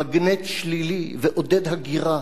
ועודד הגירה לנסיכויות הנפט.